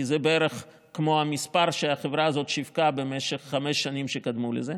כי זה בערך כמו המספר שהחברה הזאת שיווקה במשך חמש השנים שקדמו לזה,